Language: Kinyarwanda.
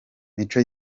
mico